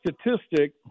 statistic